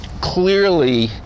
clearly